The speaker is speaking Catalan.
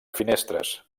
finestres